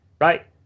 right